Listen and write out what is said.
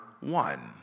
one